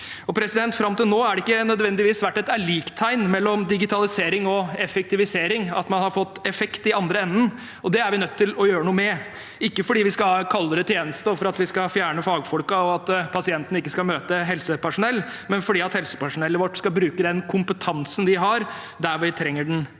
digitalisering. Fram til nå har det ikke nødvendigvis vært et likhetstegn mellom digitalisering og effektivisering – at man har fått effekt i den andre enden. Det er vi nødt til å gjøre noe med – ikke fordi vi skal ha en kaldere tjeneste, for at vi skal fjerne fagfolkene, eller for at pasientene ikke skal møte helsepersonell, men fordi helsepersonellet vårt skal bruke den kompetansen de har, der vi trenger den mest.